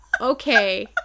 okay